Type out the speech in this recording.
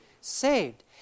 Saved